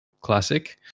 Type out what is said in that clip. classic